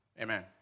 amen